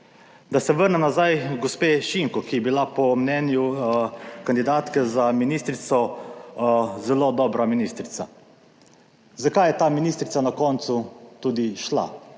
Da se vrnem nazaj h gospe Šinko, ki je bila po mnenju kandidatke za ministrico zelo dobra ministrica. Zakaj je ta ministrica na koncu tudi šla?